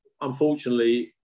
unfortunately